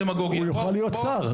-- הוא יוכל להיות שר.